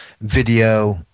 video